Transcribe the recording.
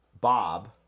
Bob